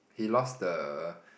he lost the